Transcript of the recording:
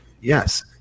Yes